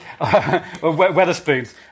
Weatherspoons